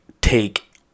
take